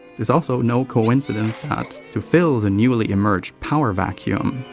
it's also no coincidence that, to fill the newly emerged power vacuum,